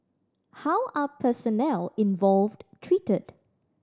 how are personnel involved treated